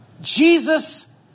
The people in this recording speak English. jesus